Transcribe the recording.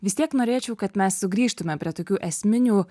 vis tiek norėčiau kad mes sugrįžtume prie tokių esminių